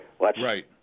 Right